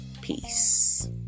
Peace